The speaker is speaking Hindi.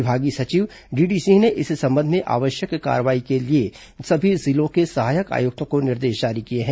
विभागीय सचिव डीडी सिंह ने इस संबंध में आवश्यक कार्रवाई के लिए सभी जिलों के सहायक आयुक्तों को निर्देश जारी किए हैं